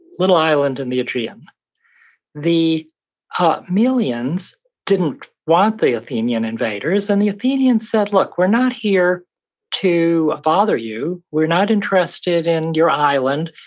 little island in metrium the ah melians didn't want the athenian invaders, and the athenians said, look, we're not here to bother you. we're not interested in your island.